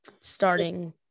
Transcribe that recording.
starting